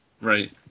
Right